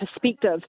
perspective